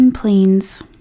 plains